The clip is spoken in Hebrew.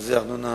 שיעורי ארנונה